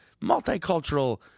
multicultural